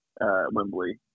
Wembley